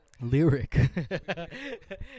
Lyric